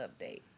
update